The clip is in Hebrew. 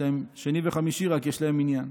שני וחמישי רק יש להם מניין.